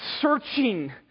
searching